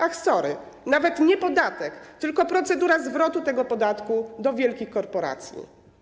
Ach sorry, nawet nie podatek, tylko procedura zwrotu tego podatku do wielkiej korporacji.